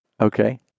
Okay